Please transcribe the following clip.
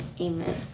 amen